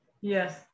Yes